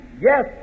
Yes